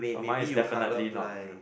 orh mine is definitely not blue